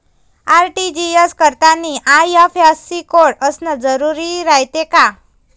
RTGS करतांनी IFSC code असन जरुरी रायते का?